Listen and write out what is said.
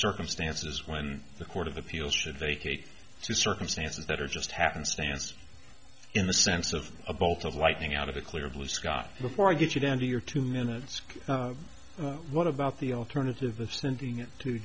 circumstances when the court of appeals should vacate circumstances that are just happenstance in the sense of a bolt of lightning out of the clear blue sky before i get you down to your two minutes what about the alternative of sending it to